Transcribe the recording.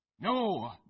No